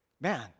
Man